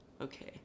okay